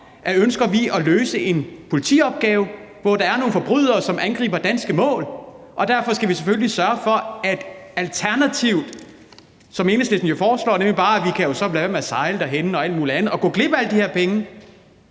vi ønsker at løse en politiopgave, hvor der er nogle forbrydere, som angriber danske mål. Alternativt kan man, som Enhedslisten foreslår, jo så bare lade være med at sejle derhenne og alt muligt andet og gå glip af alle de her penge,